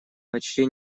почти